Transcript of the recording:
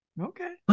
Okay